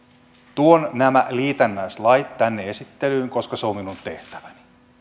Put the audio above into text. tuon nämä liitännäislait tänne esittelyyn koska se on minun tehtäväni